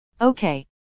Okay